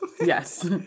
Yes